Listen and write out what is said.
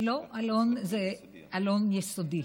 לא, אלון יסודי.